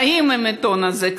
חיים עם העיתון הזה,